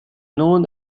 known